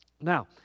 Now